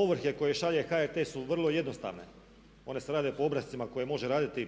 Ovrhe koje šalje HRT su vrlo jednostavne. One se rade po obrascima koje može raditi